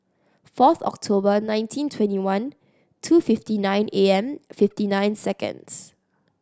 fourth October nineteen twenty one two fifty nine A M fifty nine seconds